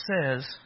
says